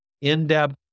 in-depth